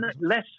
less